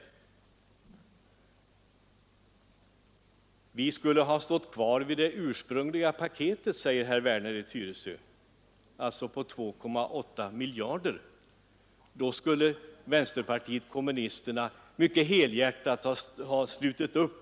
Herr Werner i Tyresö säger att vi borde ha stått fast vid det ursprungliga förslaget, paketet på 2,8 miljarder. Bakom det skulle vänsterpartiet kommunisterna helhjärtat ha slutit upp.